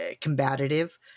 combative